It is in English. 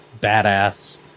badass